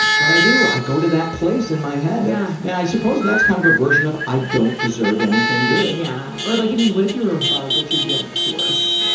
but i do. i go to that place in my head. yeah and i suppose that kind of a version of i don't deserve anything good. yeah. or like, i mean, what if you were a bug, which would be almost worse,